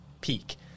peak